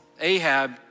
Ahab